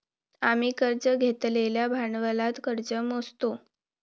आम्ही कर्ज घेतलेल्या भांडवलात कर्ज मोजतो